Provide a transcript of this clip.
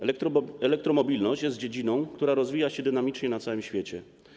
Elektromobilność jest dziedziną, która rozwija się dynamicznie na całym świecie.